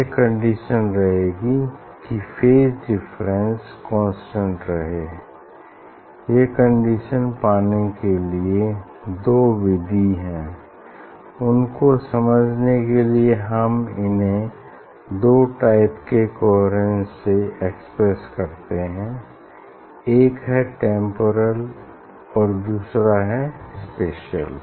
यह कंडीशन रहेगी की फेज डिफरेंस कांस्टेंट रहे ये कंडीशन पाने के लिए दो विधि हैं उनको समझने के लिए हम इन्हे दो टाइप के कोहेरेन्स से एक्सप्रेस करते हैं एक है टेम्पोरल और दूसरा है स्पेसियल